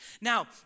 Now